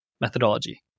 methodology